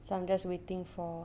so I'm just waiting for